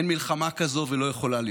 אין מלחמה כזו ולא יכולה להיות.